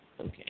okay